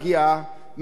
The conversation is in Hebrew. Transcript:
מצלמת,